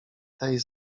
tej